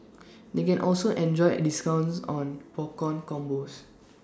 they can also enjoy discounts on popcorn combos